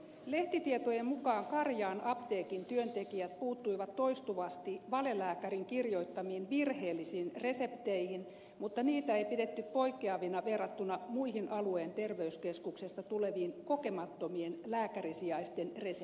lehtitietojen mukaan karjaan apteekin työntekijät puuttuivat toistuvasti valelääkärin kirjoittamiin virheellisiin resepteihin mutta niitä ei pidetty poikkeavina verrattuna muihin alueen terveyskeskuksesta tuleviin kokemattomien lääkärisijaisen resepteihin